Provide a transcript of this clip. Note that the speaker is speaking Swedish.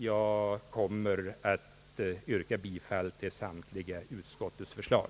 Jag ber att få yrka bifall till samtliga utskottets förslag.